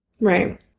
right